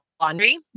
laundry